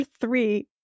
three